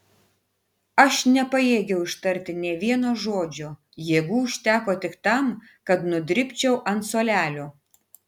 aš nepajėgiau ištarti nė vieno žodžio jėgų užteko tik tam kad nudribčiau ant suolelio